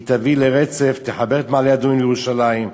תביא לרצף, תחבר את מעלה-אדומים לירושלים.